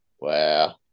Wow